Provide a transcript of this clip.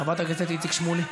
חבר הכנסת איציק שמולי,